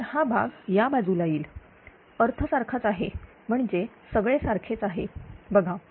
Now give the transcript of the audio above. तर हा भाग या बाजूला येईल अर्थ सारखाच आहे म्हणजे सगळे सारखेच आहे बघा